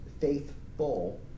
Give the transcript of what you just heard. faithful